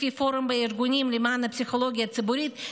לפי פורום הארגונים למען הפסיכולוגיה הציבורית,